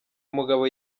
mugabo